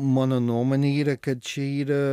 mano nuomone yra kad čia yra